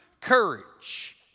courage